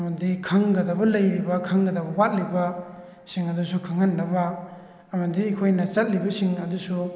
ꯑꯃꯗꯤ ꯈꯪꯒꯗꯕ ꯂꯩꯔꯤꯕ ꯈꯪꯒꯗꯕ ꯋꯥꯠꯂꯤꯕ ꯁꯤꯡ ꯑꯗꯨꯁꯨ ꯈꯪꯍꯟꯅꯕ ꯑꯃꯗꯤ ꯑꯩꯈꯣꯏꯅ ꯆꯠꯂꯤꯕꯁꯤꯡ ꯑꯗꯨꯁꯨ